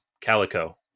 Calico